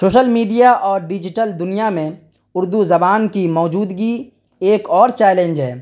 social media اور digital دنیا میں اردو زبان کی موجودگی ایک اور چیلنج ہے